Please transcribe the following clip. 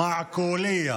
מעקוליה,